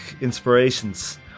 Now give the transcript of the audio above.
inspirations